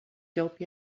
dope